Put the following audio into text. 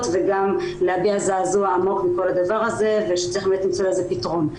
וגם להביע זעזוע עמוק מכל הדבר הזה ושצריך באמת למצוא לזה פתרון.